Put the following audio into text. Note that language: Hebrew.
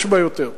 יש בה יותר,